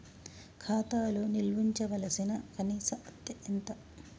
ఖాతా లో నిల్వుంచవలసిన కనీస అత్తే ఎంత?